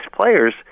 players